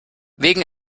wegen